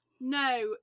no